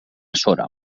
sora